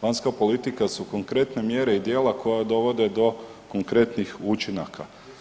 Vanjska politika su konkretne mjere i djela koja dovode do konkretnih učinaka.